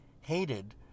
hated